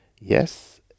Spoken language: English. Yes